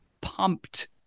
pumped